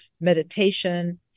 meditation